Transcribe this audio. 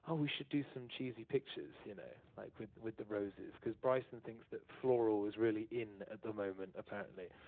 and we should do some cheesy pictures you know like with with the roses, because bryson thinks that floral is really at the moment, apparently.